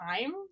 time